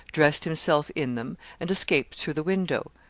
dressed himself in them, and escaped through the window,